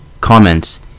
Comments